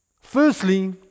Firstly